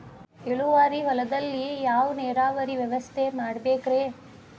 ಇಳುವಾರಿ ಹೊಲದಲ್ಲಿ ಯಾವ ನೇರಾವರಿ ವ್ಯವಸ್ಥೆ ಮಾಡಬೇಕ್ ರೇ?